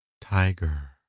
tiger